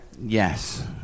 Yes